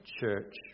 church